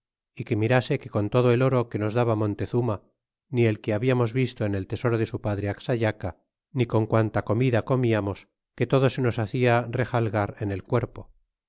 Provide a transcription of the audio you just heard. y que mirase que con todo el oro que nos daba montezuma ni el que habiamos visto en el tesoro de su padre axayaca ni con quanta comida comiamos que todo se nos hacia rexalgar en el cuerpo